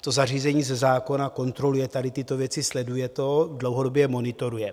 To zařízení ze zákona kontroluje tyto věci, sleduje to a dlouhodobě je monitoruje.